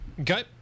Okay